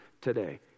today